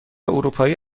اروپایی